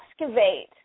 excavate